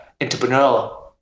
entrepreneurial